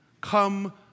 Come